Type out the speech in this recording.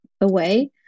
away